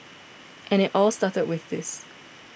and it all started with this